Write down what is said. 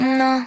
no